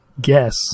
guess